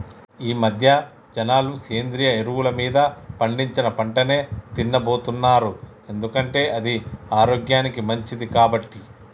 ఈమధ్య జనాలు సేంద్రియ ఎరువులు మీద పండించిన పంటనే తిన్నబోతున్నారు ఎందుకంటే అది ఆరోగ్యానికి మంచిది కాబట్టి